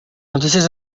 notícies